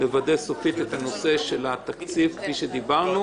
לוודא סופית את הנושא של התקציב כפי שדיברנו,